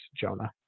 Jonah